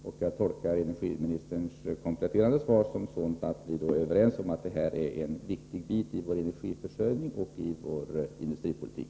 Jag tolkar energiministerns kompletterande svar på sådant sätt att vi är överens om att detta utgör en viktig del i vår energiförsörjning och i vår industripolitik.